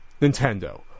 Nintendo